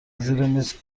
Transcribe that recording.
زیرمیز